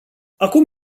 acum